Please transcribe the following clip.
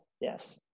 yes